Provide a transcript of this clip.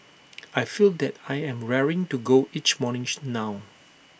I feel that I'm raring to go each morning now